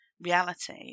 reality